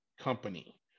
company